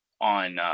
on